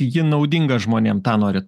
ji naudinga žmonėm tą norit